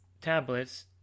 tablets